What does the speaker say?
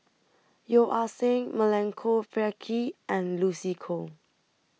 Yeo Ah Seng Milenko Prvacki and Lucy Koh